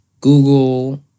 Google